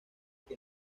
que